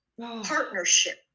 partnership